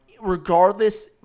Regardless